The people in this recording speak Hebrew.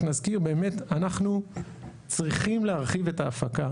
רק נזכיר, אנחנו צריכים להרחיב את ההפקה.